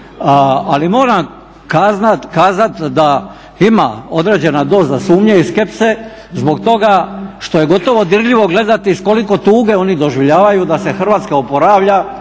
Ali moram kazati da ima određena doza sumnje i skepse zbog toga što je gotovo dirljivo gledati s koliko tuge oni doživljavaju da se Hrvatska oporavlja,